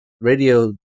radio